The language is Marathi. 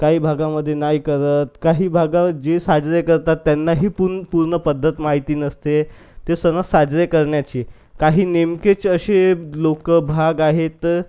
काही भागामध्ये नाही करत काही भागात जे साजरे करतात त्यांना ही पू पूर्ण पद्धत माहिती नसते ते सण साजरे करण्याची काही नेमकेच असे लोकं भाग आहेत तर